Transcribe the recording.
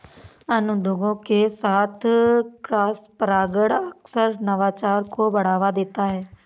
अन्य उद्योगों के साथ क्रॉसपरागण अक्सर नवाचार को बढ़ावा देता है